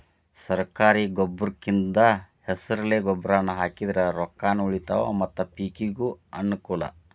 ಸರ್ಕಾರಿ ಗೊಬ್ರಕಿಂದ ಹೆಸರೆಲೆ ಗೊಬ್ರಾನಾ ಹಾಕಿದ್ರ ರೊಕ್ಕಾನು ಉಳಿತಾವ ಮತ್ತ ಪಿಕಿಗೂ ಅನ್ನಕೂಲ